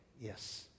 yes